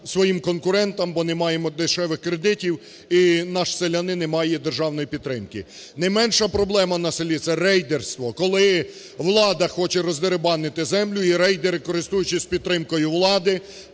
своїм конкурентам, бо не маємо дешевих кредитів і наш селянин не має державної підтримки. Не менша проблема на селі – це рейдерство, коли влада хоче роздерибанити землю, і рейдери, користуючись підтримкою влади,